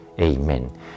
Amen